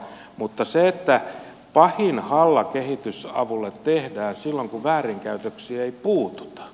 mutta pahin halla kehitysavulle tehdään silloin kun väärinkäytöksiin ei puututa